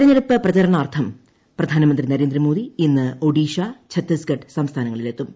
തിരഞ്ഞെടൂപ്പ് പ്രചരണാർത്ഥം പ്രധാനമന്ത്രി നരേന്ദ്രമോദി ഇന്ന് ഒഡീഷ ഛത്തീസ്ഗഡ് സംസ്ഥാനങ്ങളിലെത്തും